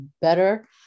better